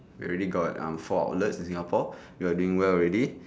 we already got um four outlets in singapore we're doing well already